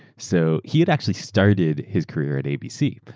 so he had actually started his career at abc,